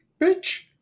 Bitch